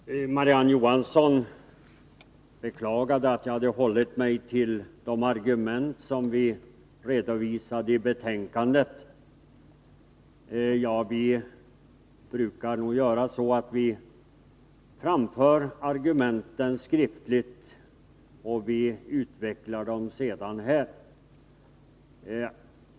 Herr talman! Marie-Ann Johansson beklagade att jag höll mig till de argument som vi redovisat i betänkandet. Vi brukar ju göra så att vi framför argumenten skriftligt och sedan utvecklar dem här.